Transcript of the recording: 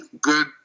Good